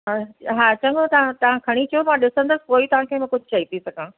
हा हा चङो तव्हां तव्हां खणी अचो मां ॾिसंदसि पोइ तव्हांखे मां कुझु चई सघां